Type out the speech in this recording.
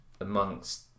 amongst